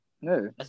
No